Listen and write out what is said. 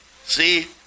See